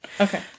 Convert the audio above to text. Okay